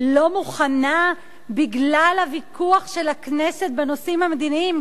לא מוכנה בגלל הוויכוח של הכנסת בנושאים המדיניים.